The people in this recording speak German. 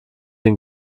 den